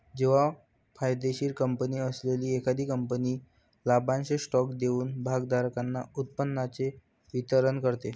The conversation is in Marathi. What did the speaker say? जेव्हा फायदेशीर कंपनी असलेली एखादी कंपनी लाभांश स्टॉक देऊन भागधारकांना उत्पन्नाचे वितरण करते